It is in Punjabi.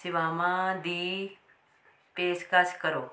ਸੇਵਾਵਾਂ ਦੀ ਪੇਸ਼ਕਸ਼ ਕਰੋ